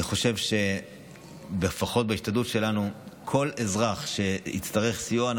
ולציבור כזה, ולצעירים,